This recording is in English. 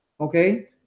Okay